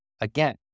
again